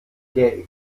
der